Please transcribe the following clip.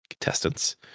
contestants